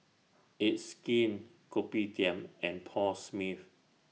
It's Skin Kopitiam and Paul Smith